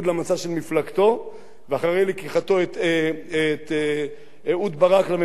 ואחרי לקיחתו את אהוד ברק לממשלה במקום את האיחוד הלאומי,